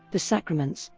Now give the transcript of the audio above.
the sacraments,